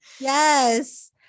yes